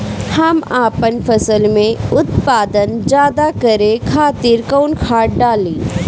हम आपन फसल में उत्पादन ज्यदा करे खातिर कौन खाद डाली?